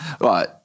right